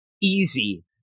easy